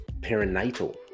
perinatal